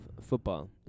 football